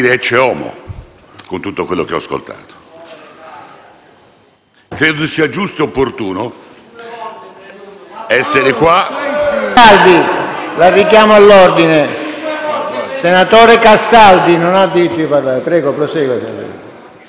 Credo sia giusto e opportuno essere qui